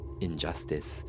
Injustice